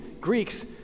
Greeks